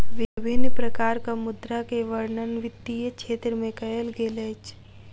विभिन्न प्रकारक मुद्रा के वर्णन वित्तीय क्षेत्र में कयल गेल अछि